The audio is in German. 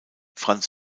franz